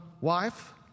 wife